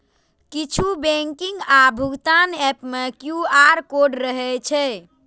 किछु बैंकिंग आ भुगतान एप मे क्यू.आर कोड रहै छै